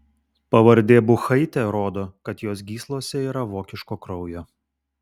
pavardė buchaitė rodo kad jos gyslose yra vokiško kraujo